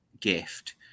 gift